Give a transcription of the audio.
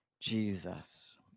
Jesus